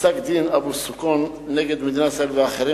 בפסק-דין אבו סוכון נ' מדינת ישראל ואח',